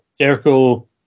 Jericho